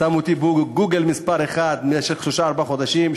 שמו אותי ב"גוגל" מספר אחת במשך שלושה-ארבעה חודשים,